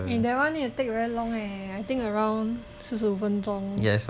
eh that one need to take very long leh I think around 四十五分钟